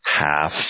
half